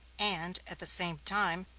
and, at the same time,